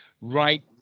right